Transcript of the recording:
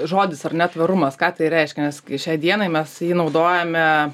žodis ar ne tvarumas ką tai reiškia nes šiai dienai mes jį naudojame